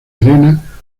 arena